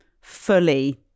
fully